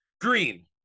green